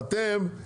אתם, היבואנים,